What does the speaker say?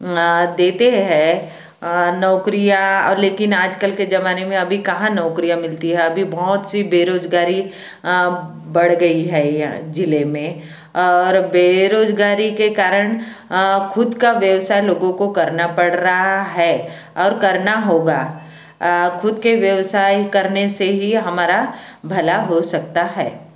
देते हैं नौकरियाँ और लेकिन आजकल के ज़माने में अभी कहाँ नौकरियाँ मिलती हैं अभी बहुत सी बेरोज़गारी बढ़ गई है यह ज़िले में और बेरोज़गारी के कारण खुद का व्यवसाय लोगों को करना पड़ रहा है और करना होगा खुद के व्यवसाय करने से ही हमारा भला हो सकता है